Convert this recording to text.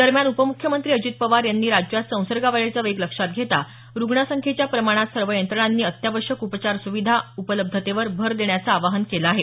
दरम्यान उपमुख्यमंत्री अजित पवार यांनी राज्यात संसर्गवाढीचा वेग लक्षात घेता रुग्ण संख्येच्या प्रमाणात सर्व यंत्रणांनी अत्यावश्यक उपचार सुविधा उपलब्धतेवर भर देण्याचं आवाहन केलं आहे